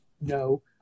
no